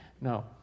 No